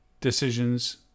decisions